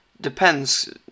Depends